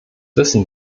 wissen